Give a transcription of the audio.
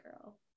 girl